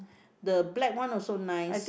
the black one also nice